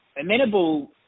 Amenable